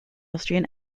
austrian